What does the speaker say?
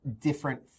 different